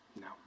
No